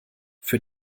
für